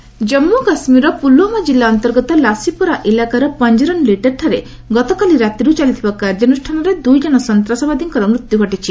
JK କିଲ୍ଡ୍ ଜନ୍ମୁ କାଶ୍ମୀର ପୁଲ୍ୱାମା କିଲ୍ଲା ଅନ୍ତର୍ଗତ ଲାସିପୋରା ଇଲାକାର ପଂକ୍ରଣ ଲିଟେର୍ଠାରେ ଗତକାଲି ରାତିରୁ ଚାଲିଥିବା କାର୍ଯ୍ୟାନୁଷ୍ଠାନରେ ଦୁଇ ଜଣ ସନ୍ତାସବାଦୀଙ୍କର ମୃତ୍ୟୁ ଘଟିଛି